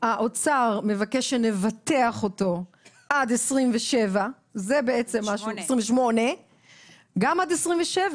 האוצר מבקש שנבטח אותו עד 2028. גם עד 2027,